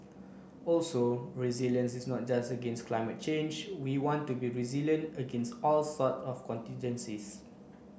also resilience is not just against climate change we want to be resilient against all sorts of contingencies